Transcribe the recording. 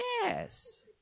Yes